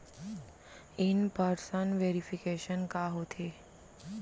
In person verification का होथे?